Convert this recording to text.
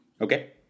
Okay